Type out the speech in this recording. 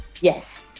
Yes